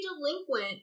delinquent